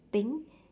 pink